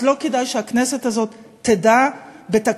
אז לא כדאי שהכנסת הזאת תדע בתקציב,